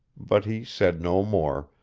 but he said no more,